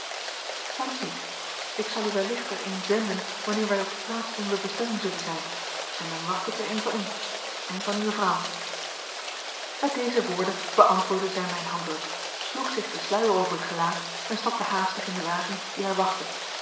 thans niet ik zal u wellicht er een zenden wanneer wij op de plaats onzer bestemming zullen zijn en dan wacht ik er een van u en van uwe vrouw met deze woorden beantwoordde zij mijn handdruk sloeg zich den sluier over t gelaat en stapte haastig in den wagen die